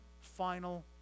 final